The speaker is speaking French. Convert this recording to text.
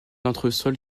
entresol